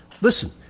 listen